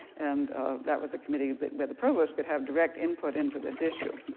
and that was a committee that but the provost could have direct input into this issue.